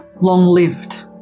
long-lived